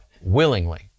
willingly